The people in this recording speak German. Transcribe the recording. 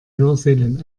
hörsälen